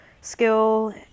skill